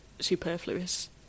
superfluous